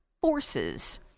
forces